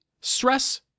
Stress